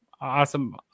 Awesome